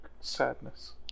sadness